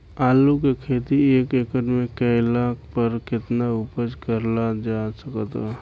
आलू के खेती एक एकड़ मे कैला पर केतना उपज कराल जा सकत बा?